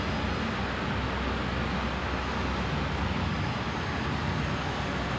ya I never really tell anyone about it yet lah but like it's quite interesting